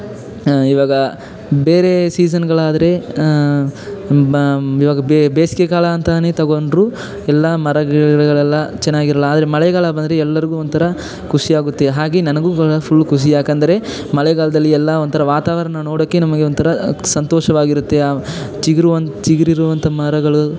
ಈವಾಗ ಬೇರೇ ಸೀಸನ್ಗಳಾದರೆ ಬಾ ಈವಾಗ ಬೇಸಿಗೆ ಕಾಲ ಅಂತಲೇ ತಗೊಂಡ್ರೂ ಎಲ್ಲ ಮರ ಗಿಡ ಗಿಡಗಳೆಲ್ಲ ಚೆನ್ನಾಗಿರೋಲ್ಲ ಆದರೆ ಮಳೆಗಾಲ ಬಂದರೆ ಎಲ್ಲರಿಗೂ ಒಂಥರ ಖುಷಿ ಆಗುತ್ತೆ ಹಾಗೆ ನನಗೂ ಫುಲ್ ಖುಷಿ ಯಾಕೆಂದ್ರೆ ಮಳೆಗಾಲದಲ್ಲಿ ಎಲ್ಲ ಒಂಥರ ವಾತಾವರಣ ನೋಡೋಕ್ಕೆ ನಮಗೆ ಒಂಥರ ಸಂತೋಷವಾಗಿರುತ್ತೆ ಚಿಗುರವಂ ಚಿಗುರು ಇರುವಂಥ ಮರಗಳು